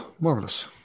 Marvelous